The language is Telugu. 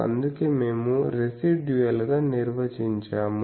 అందుకే మేము రెసిడ్యుయల్ గా నిర్వచించాము